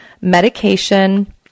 medication